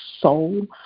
soul